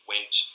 went